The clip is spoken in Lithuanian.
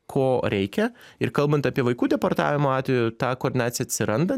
ko reikia ir kalbant apie vaikų deportavimo atvejį ta koordinacija atsiranda